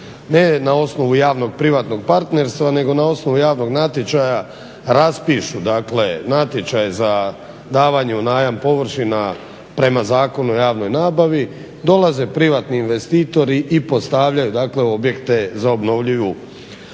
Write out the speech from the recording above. ne na osnovu javno privatnog partnerstva nego na osnovu javnog natječaja raspišu dakle natječaj za davanje u najam površina prema Zakonu o javnoj nabavi, dolaze privatni investitori i postavljaju dakle objekte za obnovljive